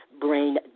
brain